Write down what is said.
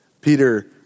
Peter